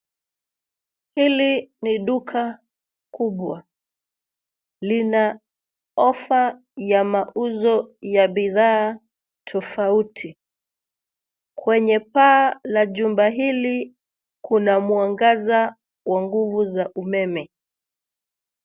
Hili ni duka kubwa. Lina offer ya mauzo ya bidhaa tofauti. Kwenye paa la jumba hili, kuna mwangaza wa nguvu za umeme.